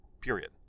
period